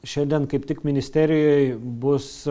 šiandien kaip tik ministerijoj bus